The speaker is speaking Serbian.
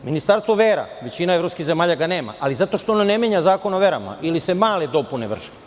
Ministarstvo vera, većina evropskih zemalja ga nema, ali zato što ne menjaju zakon o verama, nego se male dopune vrše.